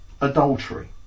adultery